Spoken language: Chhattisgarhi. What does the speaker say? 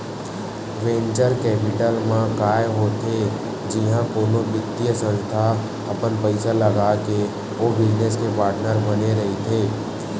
वेंचर कैपिटल म काय होथे जिहाँ कोनो बित्तीय संस्था अपन पइसा लगाके ओ बिजनेस के पार्टनर बने रहिथे